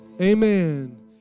amen